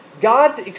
God